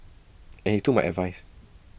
and he took my advice